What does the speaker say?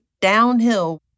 downhill